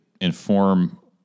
inform